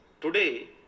Today